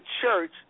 church